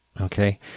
okay